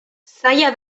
zaila